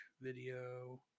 video